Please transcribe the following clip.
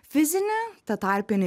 fizinį tą tarpinį